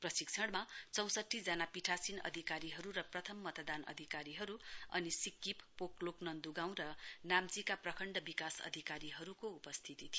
प्रशिक्षणमा चौसठी जना पीठासीन अधिकारीहरू र प्रथम मतदान अधिकारीहरू अनि सिकिप पोकलोक नन्दुगाउँ र नाम्चीका प्रखण्ड अधिकारीहरूको उपस्थिति थियो